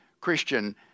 Christian